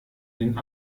den